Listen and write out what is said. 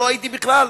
שלא הייתי בכלל.